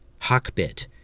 hawkbit